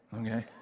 Okay